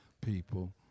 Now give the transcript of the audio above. people